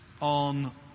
on